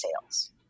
sales